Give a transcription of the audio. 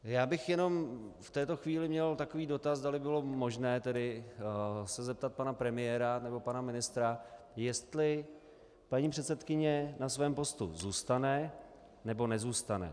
Já bych jenom v této chvíli měl takový dotaz, zdali by bylo možné se zeptat pana premiéra nebo pana ministra, jestli paní předsedkyně na svém postu zůstane, nebo nezůstane.